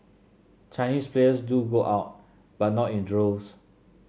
chinese players do go out but not in droves